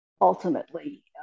ultimately